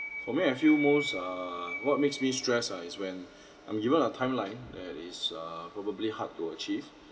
for me I feel most err what makes me stress uh is when I'm given a time line and it's uh probably hard to achieve